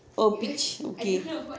oh pitch okay